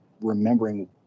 remembering